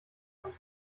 hand